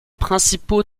principaux